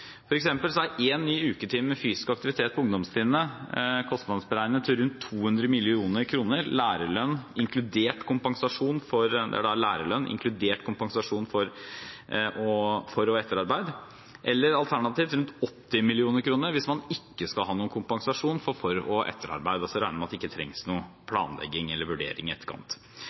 er én ny uketime med fysisk aktivitet på ungdomstrinnet kostnadsberegnet til rundt 200 mill. kr der det er lærerlønn, inkludert kompensasjon for forarbeid og etterarbeid, eller alternativt rundt 80 mill. kr hvis man ikke skal ha noen kompensasjon for forarbeid og etterarbeid, altså at man regner med at det ikke trengs noe planlegging i forkant eller vurdering i etterkant.